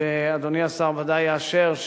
אדוני השר בוודאי יאשר,